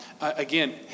Again